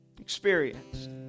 Experienced